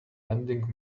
lending